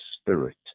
spirit